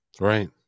Right